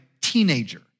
teenager